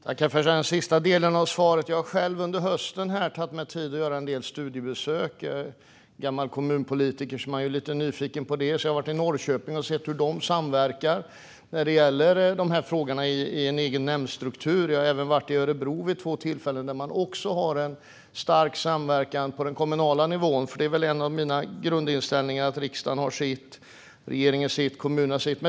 Herr talman! Tack för den sista delen av svaret! Under hösten har jag tagit mig tid att göra en del studiebesök. Som gammal kommunpolitiker är man ju lite nyfiken, och jag har varit i Norrköping och sett hur de samverkar i en egen nämndstruktur när det gäller de här frågorna. Jag har även varit i Örebro vid två tillfällen, och även där har man en stark samverkan på den kommunala nivån. Min grundinställning är väl att riksdagen har sitt, regeringen sitt och kommunerna sitt.